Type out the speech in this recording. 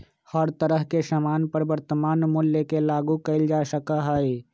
हर तरह के सामान पर वर्तमान मूल्य के लागू कइल जा सका हई